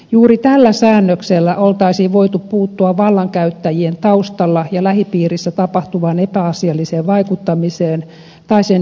juuri tällä säännöksellä olisi voitu puuttua vallankäyttäjien taustalla ja lähipiirissä tapahtuvaan epäasialliseen vaikuttamiseen tai sen yrityksiin